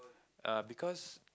err because